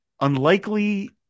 unlikely